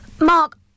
Mark